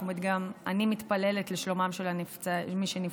ואני גם מתפללת לשלומו של מי שנפצע.